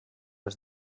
els